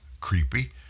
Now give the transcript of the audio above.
creepy